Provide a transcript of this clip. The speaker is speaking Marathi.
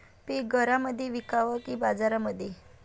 पीक घरामंदी विकावं की बाजारामंदी?